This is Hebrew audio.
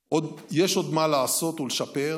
יש עוד מה לעשות ולשפר,